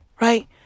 right